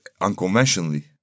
unconventionally